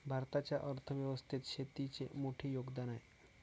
भारताच्या अर्थ व्यवस्थेत शेतीचे मोठे योगदान आहे